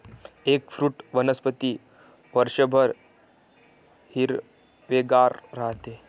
eggfruit वनस्पती वर्षभर हिरवेगार राहते